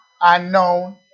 unknown